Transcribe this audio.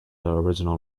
original